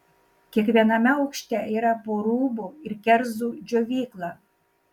kiekviename aukšte yra po rūbų ir kerzų džiovyklą